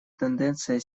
тенденция